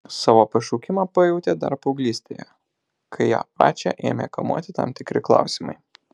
savo pašaukimą pajautė dar paauglystėje kai ją pačią ėmė kamuoti tam tikri klausimai